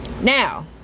Now